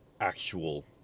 actual